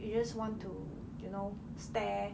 you just want to you know stare